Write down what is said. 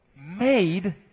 made